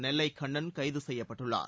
நெல்லை கண்ணன் கைது செய்யப்பட்டுள்ளார்